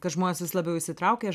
kad žmonės vis labiau įsitraukia